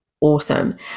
Awesome